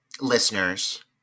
listeners